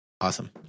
awesome